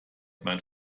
mein